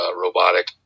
robotic